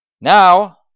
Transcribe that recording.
now